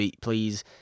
please